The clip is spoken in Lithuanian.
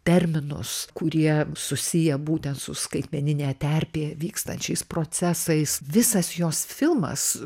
terminus kurie susiję būtent su skaitmenine terpėje vykstančiais procesais visas jos filmas